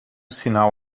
sinal